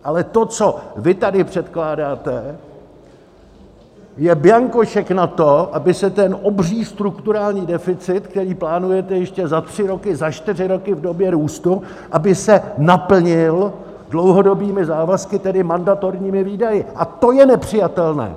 Ale to, co vy tady předkládáte, je bianko šek na to, aby se ten obří strukturální deficit, který plánujete ještě za tři roky, za čtyři roky, v době růstu, aby se naplnil dlouhodobými závazky, tedy mandatorními výdaji, a to je nepřijatelné!